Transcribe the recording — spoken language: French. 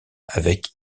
avec